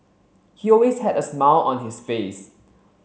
he always had a smile on his face